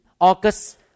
August